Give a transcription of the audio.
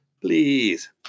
Please